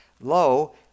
Lo